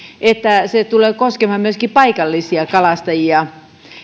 että se tulee koskemaan myöskin paikallisia kalastajia